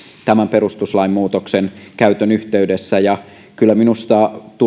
tämän perustuslain muutoksen käytön yhteydessä kyllä minusta tulisi